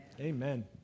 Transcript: Amen